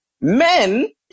men